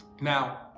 Now